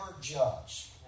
judge